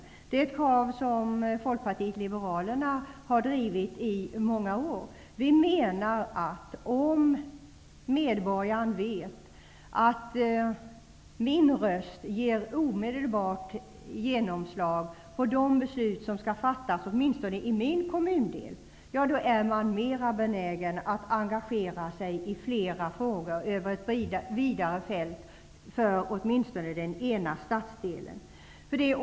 Det är ett krav som Folkpartiet liberalerna har drivit i många år. Vi menar att medborgarna, om de vet att deras röster omedelbart får genomslag i de beslut som skall fattas, åtminstone inom den egna kommundelen, är mera benägna att engagera sig i flera frågor över ett vidare fält.